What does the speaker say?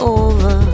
over